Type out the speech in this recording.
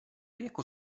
jako